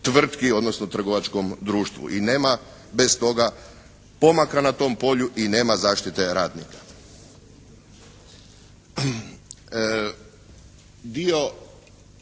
odnosno trgovačkom društvu i nema bez toga pomaka na tom polju i nema zaštite radnika.